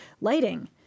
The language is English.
lighting